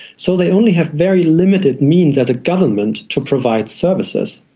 so they only have very limited means as a government to provide services.